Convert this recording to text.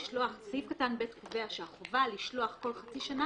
סעיף קטן (ב) קובע שהחובה לשלוח כל חצי שנה